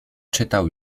czytał